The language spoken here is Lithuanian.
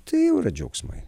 tai jau yra džiaugsmai